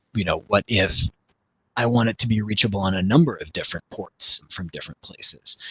you know what if i wanted to be reachable on a number of different ports from different places?